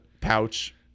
pouch